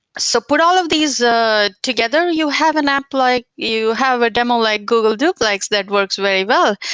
so put all of these ah together, you have an app like you have a demo like google duplex that works very well